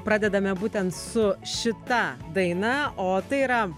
pradedame būtent su šita daina o tai yra